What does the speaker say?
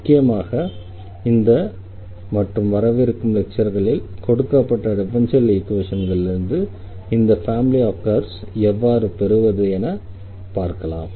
முக்கியமாக இந்த மற்றும் வரவிருக்கும் லெக்சர்களில் கொடுக்கப்பட்ட டிஃபரன்ஷியல் ஈக்வேஷன்களிலிருந்து இந்த ஃபேமிலி ஆஃப் கர்வ்ஸை எவ்வாறு பெறுவது என்று பார்க்கலாம்